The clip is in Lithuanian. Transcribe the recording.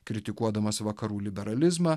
kritikuodamas vakarų liberalizmą